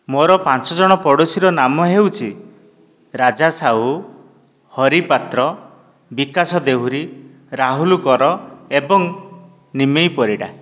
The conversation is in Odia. ମୋର ପାଞ୍ଚ ଜଣ ପଡ଼ୋଶୀର ନାମ ହେଉଛି ରାଜା ସାହୁ ହରି ପାତ୍ର ବିକାଶ ଦେହୁରି ରାହୁଲ କର ଏବଂ ନିମେଇଁ ପରିଡ଼ା